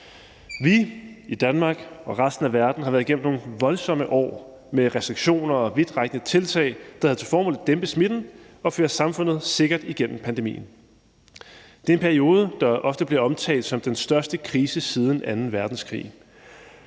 Vi i Danmark og resten af verden har været igennem nogle voldsomme år med restriktioner og vidtrækkende tiltag, der havde til formål at dæmpe smitten og føre samfundet sikkert igennem pandemien. Det er en periode, der ofte bliver omtalt som den største krise siden anden verdenskrig.